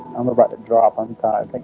i'm about to drop. i'm tired. but